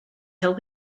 help